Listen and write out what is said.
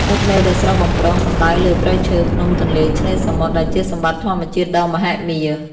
ទឹកដីដ៏ស្រស់បំព្រងសំដៅលើ ព្រៃឈើ ភ្នំ ទន្លេ ឆ្នេរសមុទ្រ ដែលជាសម្បត្តិធម្មជាតិដ៏មហិមា។